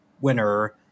winner